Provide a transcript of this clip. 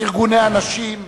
ארגוני הנשים,